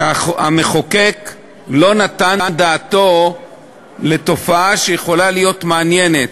שהמחוקק לא נתן דעתו לתופעה שיכולה להיות מעניינת,